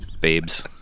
babes